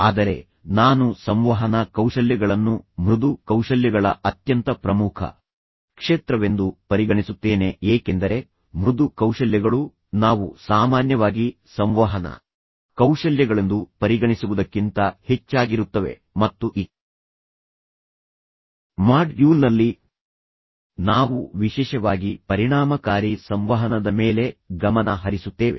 ಆದರೆ ನಾನು ಸಂವಹನ ಕೌಶಲ್ಯಗಳನ್ನು ಮೃದು ಕೌಶಲ್ಯಗಳ ಅತ್ಯಂತ ಪ್ರಮುಖ ಕ್ಷೇತ್ರವೆಂದು ಪರಿಗಣಿಸುತ್ತೇನೆ ಏಕೆಂದರೆ ಮೃದು ಕೌಶಲ್ಯಗಳು ನಾವು ಸಾಮಾನ್ಯವಾಗಿ ಸಂವಹನ ಕೌಶಲ್ಯಗಳೆಂದು ಪರಿಗಣಿಸುವುದಕ್ಕಿಂತ ಹೆಚ್ಚಾಗಿರುತ್ತವೆ ಮತ್ತು ಈ ಮಾಡ್ಯೂಲ್ನಲ್ಲಿ ನಾವು ವಿಶೇಷವಾಗಿ ಪರಿಣಾಮಕಾರಿ ಸಂವಹನದ ಮೇಲೆ ಗಮನ ಹರಿಸುತ್ತೇವೆ